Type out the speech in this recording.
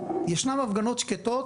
הפגנות שקטות